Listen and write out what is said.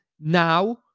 now